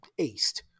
aced